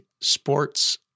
sports